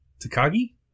Takagi